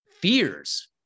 fears